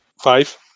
Five